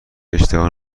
اشتها